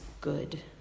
good